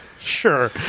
Sure